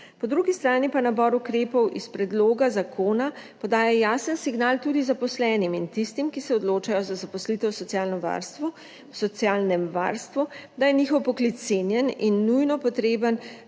Po drugi strani pa nabor ukrepov iz predloga zakona podaja jasen signal tudi zaposlenim in tistim, ki se odločajo za zaposlitev v socialnem varstvu, da je njihov poklic cenjen in nujno potreben,